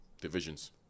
divisions